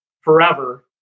forever